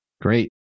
Great